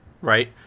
right